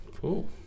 Cool